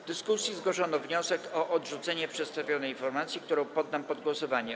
W dyskusji zgłoszono wniosek o odrzucenie przedstawionej informacji, który poddam pod głosowanie.